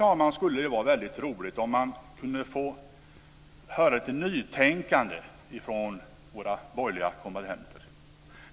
Ibland skulle det vara väldigt roligt om man kunde få höra lite nytänkande från våra borgerliga kombattanter.